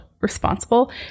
responsible